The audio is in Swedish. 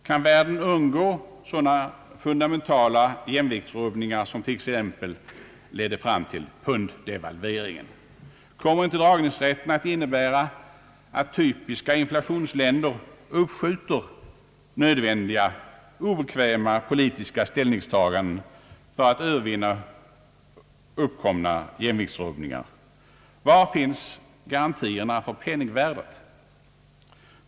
Kan världen undgå sådana fundamentala jämviktsrubbningar som exempelvis de som ledde fram till punddevalveringen? Kommer inte dragningsrätterna att innebära att typiska inflationsländer uppskjuter nödvändiga obekväma politiska ställningstaganden för att övervinna uppkomna jämviktsrubbningar? Var finns garantierna för penningvärdet?